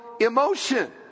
emotion